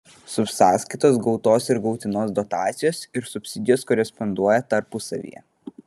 subsąskaitos gautos ir gautinos dotacijos ir subsidijos koresponduoja tarpusavyje